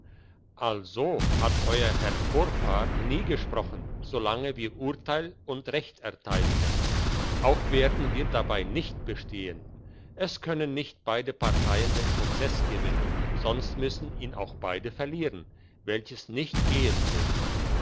also hat euer herr vorfahrer nie gesprochen solange wir urteil und recht erteilten auch werden wir dabei nicht bestehen es können nicht beide parteien den prozeß gewinnen sonst müssen ihn auch beide verlieren welches nicht gehn will